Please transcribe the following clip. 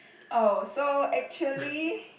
oh so actually